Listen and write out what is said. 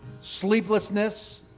sleeplessness